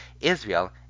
Israel